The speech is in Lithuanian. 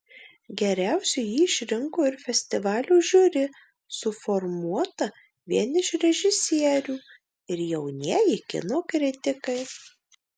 geriausiu jį išrinko ir festivalio žiuri suformuota vien iš režisierių ir jaunieji kino kritikai